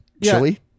Chili